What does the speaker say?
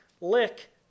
lick